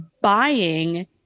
buying